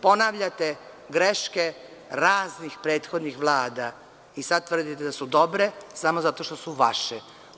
Ponavljate greške raznih prethodnih vlada i sada tvrdite da su dobre, samo zato što su vaše.